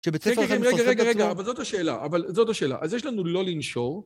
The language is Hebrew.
רגע, רגע, רגע, אבל זאת השאלה, אבל זאת השאלה. אז יש לנו לא לנשור.